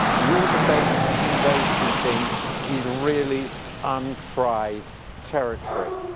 and the interface between those two things is really untried territory.